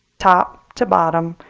top to bottom,